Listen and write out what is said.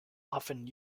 often